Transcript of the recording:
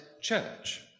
church